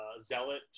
zealot